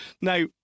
Now